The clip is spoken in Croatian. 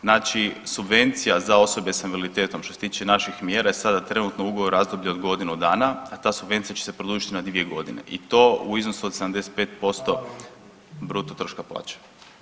Znači subvencija za osobe s invaliditetom što se tiče naših mjere je sada trenutno ugovor razdoblje od godinu dana, a ta subvencija će se produžiti na dvije godine i to u iznosu od 75% bruto troška plaće.